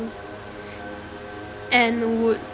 and would